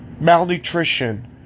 malnutrition